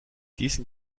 diesen